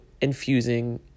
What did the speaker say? infusing